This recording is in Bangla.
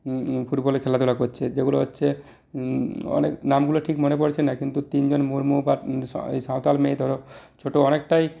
ফুটবলে খেলাধুলা করছে যেগুলো হচ্ছে অনেক নামগুলো ঠিক মনে পড়ছে না কিন্তু তিনজন মুর্মু বা সাঁওতাল মেয়ে ধরো ছোটো অনেকটাই